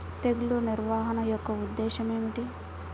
తెగులు నిర్వహణ యొక్క ఉద్దేశం ఏమిటి?